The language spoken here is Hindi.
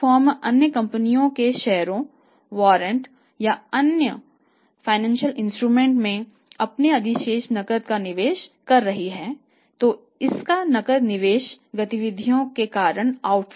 अन्य उद्यमों के शेयरों वारंटों या ऋण उपकरणों है